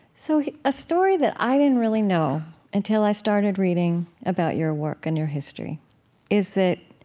so a story that i didn't really know until i started reading about your work and your history is that,